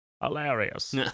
Hilarious